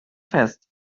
fest